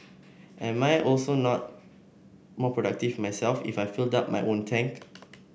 am I also not more productive myself if I filled up my own tank